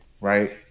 right